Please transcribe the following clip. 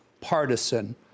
partisan